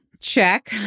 Check